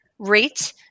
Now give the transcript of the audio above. Rate